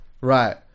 Right